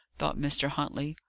thought mr. huntley.